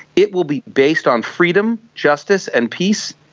it will be based on freedom, justice and peace,